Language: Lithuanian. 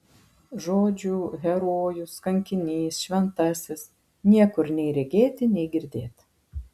žodžių herojus kankinys šventasis niekur nei regėti nei girdėt